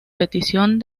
petición